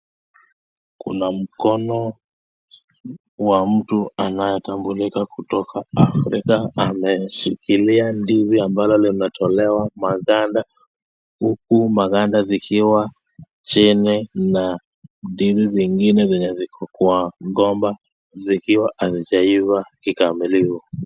Kuna mkono wa mtu anayetambulika kutoka Afrika ameshikilia ndizi ambalo limetolewa maganda huku maganda zikiwa chini na ndizi zingine zenye ziko kwa mgomba zikiwa hazijaiva kikamilifu.